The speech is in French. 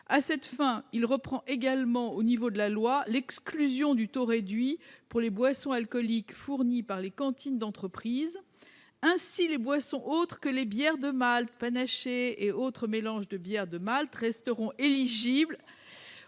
À cette fin, nous proposons également de répéter, au niveau de la loi, l'exclusion du taux réduit pour les boissons alcooliques fournies par les cantines d'entreprises. Ainsi, les boissons autres que les bières de malt, panachés et autres mélanges de bières de malt resteront éligibles